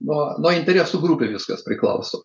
nuo nuoiderio sugrukai viskas priklauso